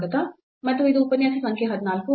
ಮತ್ತು ಇದು ಉಪನ್ಯಾಸ ಸಂಖ್ಯೆ 14